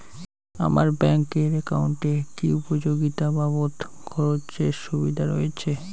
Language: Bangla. আমার ব্যাংক এর একাউন্টে কি উপযোগিতা বাবদ খরচের সুবিধা রয়েছে?